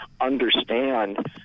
understand